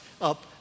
up